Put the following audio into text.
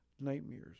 nightmares